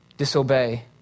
disobey